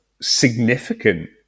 significant